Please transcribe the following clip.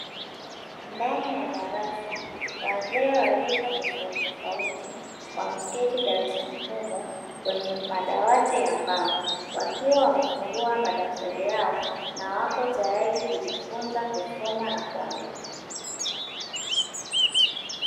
Ndani ya darasa wazee wa rika tofautitofauti, wameketi darasani humo kwenye madawati ya mbao wakiwa wamefungua madaftari yao na wako tayari kujifunza kusoma na kuandika.